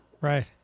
Right